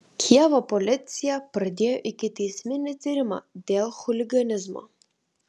kijevo policija pradėjo ikiteisminį tyrimą dėl chuliganizmo